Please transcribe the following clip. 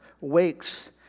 wakes